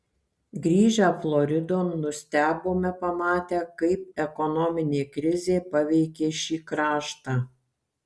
grįžę floridon nustebome pamatę kaip ekonominė krizė paveikė šį kraštą